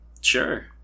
Sure